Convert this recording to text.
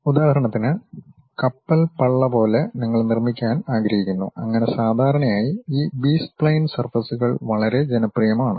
ഉദാഹരണത്തിന് കപ്പൽ പള്ള പോലെ നിങ്ങൾ നിർമ്മിക്കാൻ ആഗ്രഹിക്കുന്നു അങ്ങനെ സാധാരണയായി ഈ ബി സ്പ്ലൈൻ സർഫസ്കൾ വളരെ ജനപ്രിയമാണ്